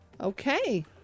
Okay